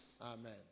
Amen